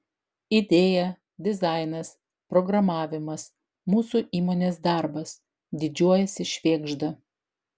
idėja dizainas programavimas mūsų įmonės darbas didžiuojasi švėgžda